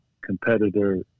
Competitor